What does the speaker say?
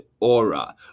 aura